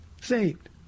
saved